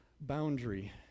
boundary